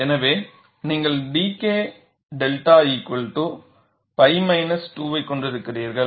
எனவே நீங்கள் dK 𝛅 pi minus 2 வைக் கொண்டிருக்கிறீர்கள்